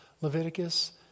Leviticus